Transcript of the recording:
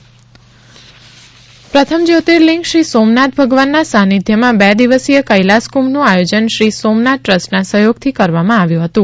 કૈલાસ કુંભ પ્રથમ જ્યોતિર્લિંગ શ્રી સોમનાથ ભગવાનના સાંનિધ્યે બે દિવસિય કૈલાસ કુંભનું આયોજન શ્રી સોમનાથ દ્રસ્ટના સહયોગથી કરવામાં આવ્યું હતું